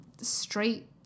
straight